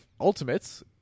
Ultimates